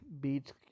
beats